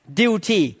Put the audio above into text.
duty